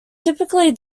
typically